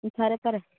ꯎꯝ ꯐꯔꯦ ꯐꯔꯦ